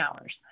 hours